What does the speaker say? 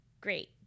great